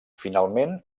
finalment